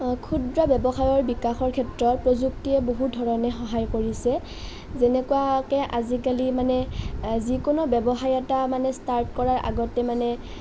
অঁ ক্ষুদ্ৰ ব্যৱসায়ৰ বিকাশৰ ক্ষেত্ৰত প্ৰযুক্তিয়ে বহুত ধৰণে সহায় কৰিছে যেনেকুৱাকৈ আজিকালি মানে যিকোনো ব্যৱসায় এটা মানে ষ্টাৰ্ট কৰাৰ আগতে মানে